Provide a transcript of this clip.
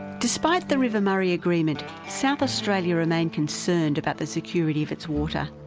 despite the river murray agreement, south australia remained concerned about the security of its water.